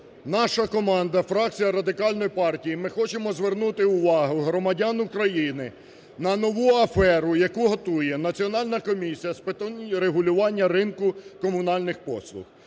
Наша команда, фракція Радикальної партії, ми хочемо звернути увагу громадян України на нову аферу, яку готує Національна комісія з питань регулювання ринку комунальних послуг.